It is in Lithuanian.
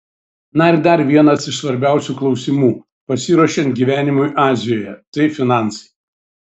na ir dar vienas iš svarbiausių klausimų pasiruošiant gyvenimui azijoje tai finansai